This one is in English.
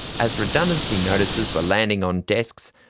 as redundancy notices were landing on desks,